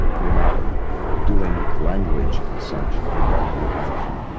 you're not doing language as such. you're going to the action.